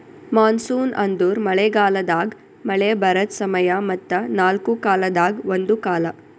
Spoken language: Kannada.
ಮಾನ್ಸೂನ್ ಅಂದುರ್ ಮಳೆ ಗಾಲದಾಗ್ ಮಳೆ ಬರದ್ ಸಮಯ ಮತ್ತ ನಾಲ್ಕು ಕಾಲದಾಗ ಒಂದು ಕಾಲ